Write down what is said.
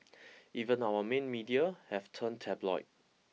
even our main media have turned tabloid